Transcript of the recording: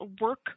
work